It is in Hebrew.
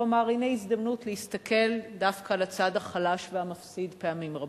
והוא אמר: הנה הזדמנות להסתכל דווקא על הצד החלש והמפסיד פעמים רבות.